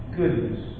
goodness